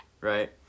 right